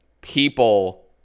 people